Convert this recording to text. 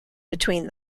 between